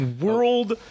world